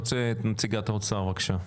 נציגת משרד האוצר, בבקשה.